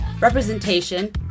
representation